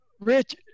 rich